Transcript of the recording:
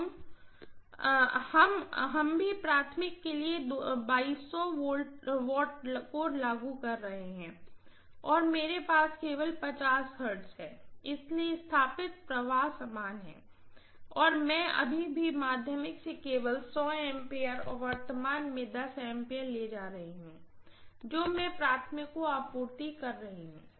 हम अभी भी प्राइमरीके लिए W को लागू कर रहे हैं और मेरे पास केवल Hz है इसलिए स्थापित प्रवाह समान है और मैं अभी भी माध्यमिक से केवल A और वर्तमान में A ले रही हूँ जो मैं प्राइमरीको आपूर्ति कर रही हूँ